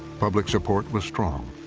public support was strong.